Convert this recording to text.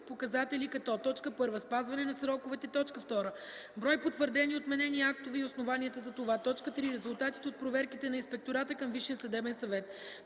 показатели като: 1. спазване на сроковете; 2. брой потвърдени и отменени актове и основанията за това; 3. резултатите от проверките на Инспектората към Висшия съдебен съвет;